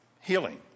healing